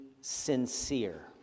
sincere